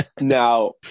Now